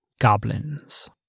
goblins